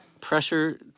pressure